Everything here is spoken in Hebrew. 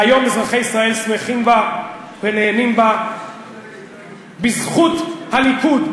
והיום אזרחי ישראל שמחים בה ונהנים בה בזכות הליכוד,